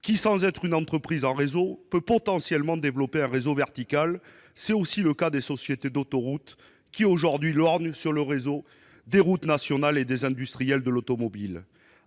qui, sans être une entreprise en réseau, peut potentiellement développer un réseau vertical. C'est aussi le cas des sociétés d'autoroutes, qui lorgnent aujourd'hui le réseau des routes nationales, et des industriels de l'automobile.